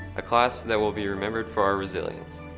a class that will be remembered for our resilience.